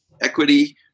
equity